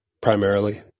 primarily